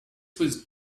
was